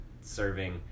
serving